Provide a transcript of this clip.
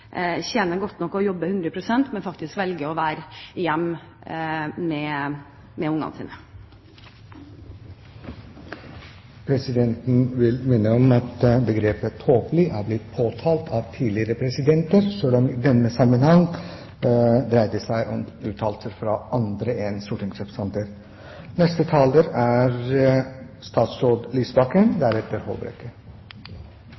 tjener godt nok og jobber hundre prosent, men faktisk velger å være hjemme med ungene sine. Presidenten vil minne om at begrepet «tåpelig» er blitt påtalt av tidligere presidenter, selv om det i denne sammenheng dreide seg om uttalelser fra andre enn stortingsrepresentanter.